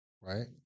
Right